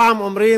פעם אומרים